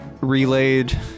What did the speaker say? relayed